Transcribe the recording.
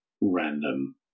random